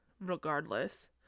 regardless